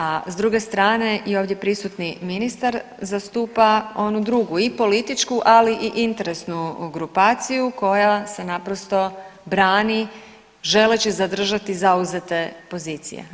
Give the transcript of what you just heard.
A s druge strane i ovdje prisutni ministar zastupa onu drugu i političku, ali i interesnu grupaciju koja se naprosto brani želeći zadržati zauzete pozicije.